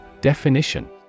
Definition